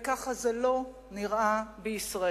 וכך זה לא נראה בישראל,